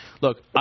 Look